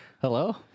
Hello